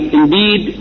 indeed